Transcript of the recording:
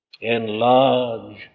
Enlarge